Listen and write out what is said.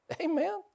Amen